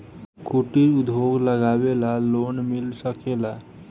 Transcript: कुटिर उद्योग लगवेला लोन मिल सकेला?